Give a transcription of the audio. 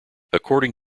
according